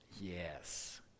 Yes